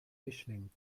mischling